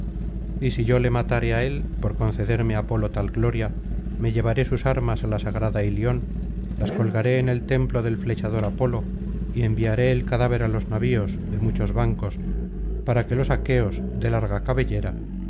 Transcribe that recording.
y si yo le matare á él por concederme apolo tal gloria me llevaré sus armas á la sagrada ilion las colgaré en el templo del flechador apolo y enviaré el cadáver á los navios de muchos bancos para que los aqueoá de larga caballera